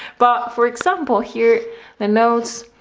but for example here the notes.